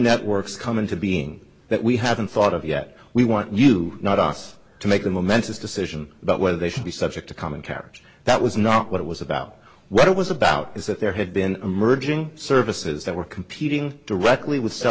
networks come into being that we haven't thought of yet we want you not us to make the momentous decision about whether they should be subject to common carriage that was not what it was about what it was about is that there had been emerging services that were competing directly with cell